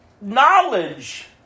knowledge